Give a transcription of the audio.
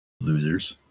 Losers